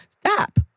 Stop